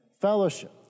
Fellowship